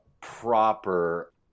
proper